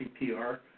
CPR